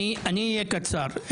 אני אהיה קצר.